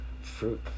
fruit